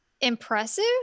impressive